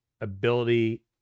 ability